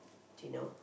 do know